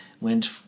went